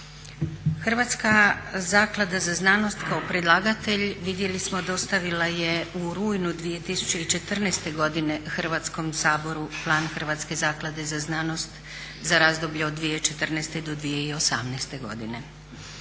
Hrvatska zaklada za znanost kao predlagatelj vidjeli smo dostavila je u rujnu 2014.godine Hrvatskom saboru plan Hrvatske zaklade za znanost za razdoblje od 2014.do 2018.godine.